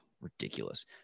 ridiculous